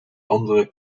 andere